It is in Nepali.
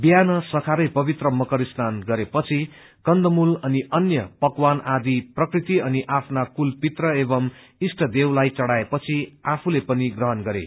बिहान सखारै पवित्र मर स्नान गरेपछि कन्दमूल अनि अन्य पकवान आदि प्रकृति अनि आफ्ना कुलपित्र एवं इष्ट देवलाई चढ़ाएपछि आफूले पनि ग्रहण गरे